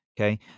okay